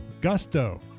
Gusto